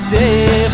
day